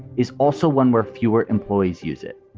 is also one where fewer employees use it.